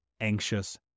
anxious